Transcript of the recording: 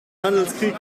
handelskrieg